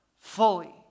fully